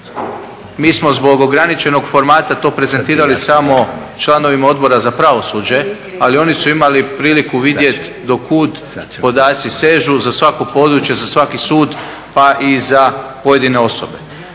mi smo zbog ograničenog formata to prezentirali samo članovima Odbora za pravosuđe ali oni su imali priliku vidjeti do kud podaci sežu za svako područje, za svaki sud pa i za pojedine osobe